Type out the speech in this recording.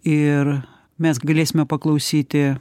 ir mes galėsime paklausyti